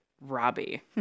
robbie